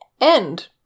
end